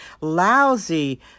lousy